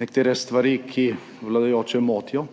nekatere stvari, ki vladajoče motijo,